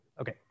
Okay